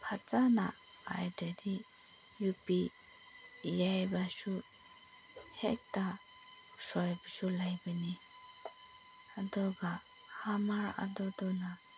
ꯐꯖꯅ ꯄꯥꯏꯗ꯭ꯔꯗꯤ ꯌꯨꯄꯤ ꯌꯩꯕꯁꯨ ꯍꯦꯛꯇ ꯁꯣꯏꯕꯁꯨ ꯂꯩꯕꯅꯦ ꯑꯗꯨꯒ ꯍꯃꯔ ꯑꯗꯨꯗꯨꯅ